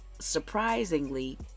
surprisingly